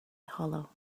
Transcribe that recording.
hollow